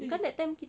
ya